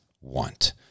want